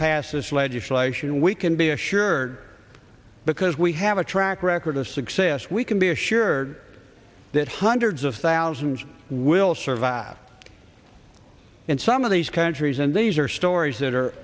pass this legislation we can be assured because we have a track record of success we can be assured that hundreds of thousands will survive in some of these countries and these are stories that are